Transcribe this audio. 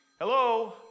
Hello